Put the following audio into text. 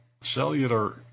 cellular